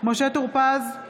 משה טור פז,